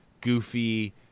goofy